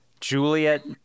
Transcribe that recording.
Juliet